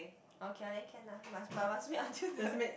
okay then can ah must but must wait until the